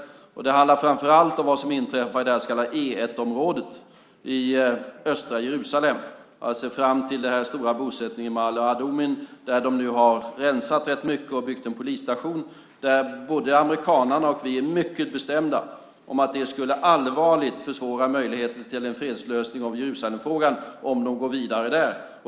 Det handlar framför allt om vad som inträffar i det så kallade E 1-området i östra Jerusalem, alltså fram till den stora bosättningen Ma'ale Adumim. Där har de nu rensat rätt mycket och byggt en polisstation. Både amerikanerna och vi är mycket bestämda om att det allvarligt skulle försvåra möjligheten till en fredslösning i Jerusalemfrågan om de går vidare där.